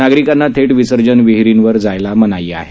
नागरिकांना थेट विसर्जन विहिरींवर जायला मनाई केली आहे